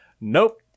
Nope